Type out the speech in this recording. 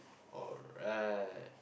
alright